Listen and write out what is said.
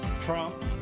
Trump